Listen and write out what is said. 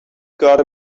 got